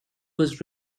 was